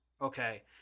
Okay